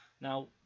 Now